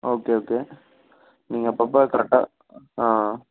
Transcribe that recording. okay okay நீங்கள் அப்பப்போ கரெக்டாக ஆ